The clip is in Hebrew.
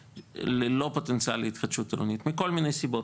ללא פוטנציאל להתחדשות עירונית מכל מיני סיבות,